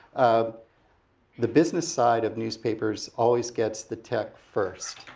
ah the business side of newspapers always gets the tech first,